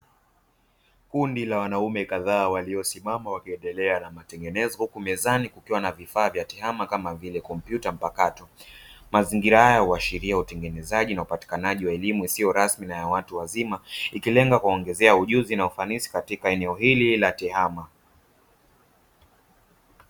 Kundi la wanaume kadhaa waliyosimama wakiendelea na matengenezo huku mezani kukiwa na vifaa vya tehama kama vile kompyuta mpakato. Mazingira haya huashiria utengenezaji na upatikanaji wa elimu isiyo rasmi na ya watu wazima ikilenga kuwaongezea ujuzi na ufanisi katika eneo hili la tehama.